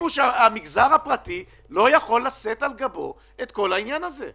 שהמגזר הפרטי לא יכול לשאת על גבו את כל העניין הזה.